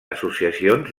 associacions